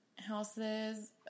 houses